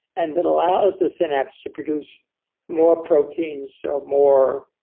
and that allows the synapse to produce more protein, so more